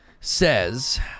Says